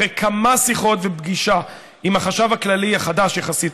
אחרי כמה שיחות ופגישה עם החשב הכללי החדש יחסית,